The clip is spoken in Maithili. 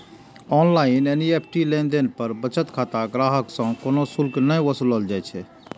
ऑनलाइन एन.ई.एफ.टी लेनदेन पर बचत खाता ग्राहक सं कोनो शुल्क नै वसूलल जाइ छै